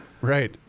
right